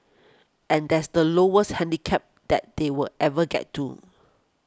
and that's the lowest handicap that they were ever get to